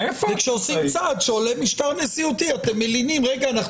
וכשעושים צעד שעולה משטר נשיאותי אתם מלינים: רגע,